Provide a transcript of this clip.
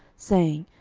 saying,